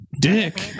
dick